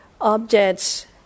objects